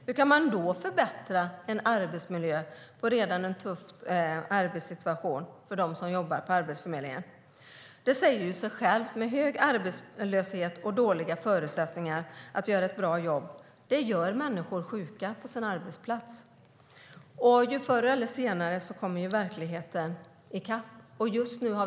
Hur kan man då förbättra arbetsmiljön och en redan tuff arbetssituation för dem som jobbar på Arbetsförmedlingen? Det säger sig självt att hög arbetslöshet och dåliga förutsättningar att göra ett bra jobb gör människor sjuka på deras arbetsplatser. Förr eller senare kommer verkligheten i kapp.